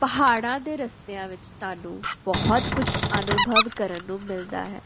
ਪਹਾੜਾਂ ਦੇ ਰਸਤਿਆਂ ਵਿੱਚ ਤੁਹਾਨੂੰ ਬਹੁਤ ਕੁਛ ਅਨੁਭਵ ਕਰਨ ਨੂੰ ਮਿਲਦਾ ਹੈ